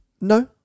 No